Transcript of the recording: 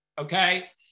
okay